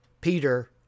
Peter